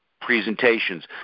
presentations